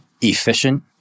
efficient